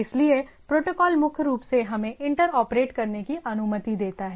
इसलिए प्रोटोकॉल मूल रूप से हमें इंटर आपप्रेट करने की अनुमति देता है